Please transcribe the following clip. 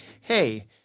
hey